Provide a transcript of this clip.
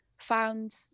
found